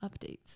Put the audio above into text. updates